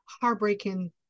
heartbreaking